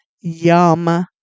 Yum